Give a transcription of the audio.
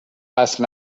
اصل